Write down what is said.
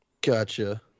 Gotcha